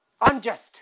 unjust